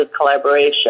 collaboration